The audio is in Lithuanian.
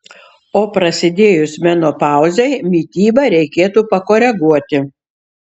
o prasidėjus menopauzei mitybą reikėtų pakoreguoti